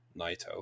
Naito